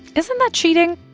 isn't that cheating?